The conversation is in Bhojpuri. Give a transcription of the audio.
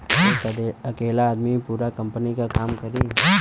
एक अकेला आदमी पूरा कंपनी क काम करी